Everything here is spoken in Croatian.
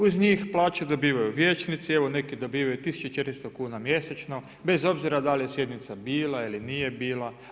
Uz njih plaću dobivaju vijećnici, evo neki dobivaju 1 400 kuna mjesečno, bez obzira da li je sjednica bila ili nije bila.